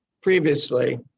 previously